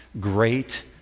great